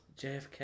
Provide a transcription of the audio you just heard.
JFK